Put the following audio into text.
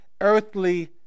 earthly